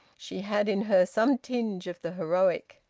she had in her some tinge of the heroic.